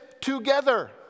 together